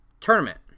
tournament